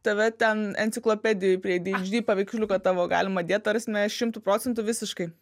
tave ten enciklopedijoj prie adhd paveiksliuką tavo galima dėt ta prasme šimtu procentų visiškai